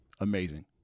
Amazing